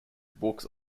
books